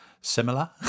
similar